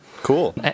Cool